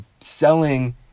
selling